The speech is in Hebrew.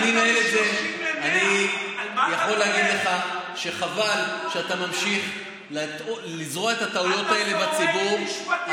אני יכול להגיד לך שחבל שאתה ממשיך לזרוע את הטעויות האלה בציבור.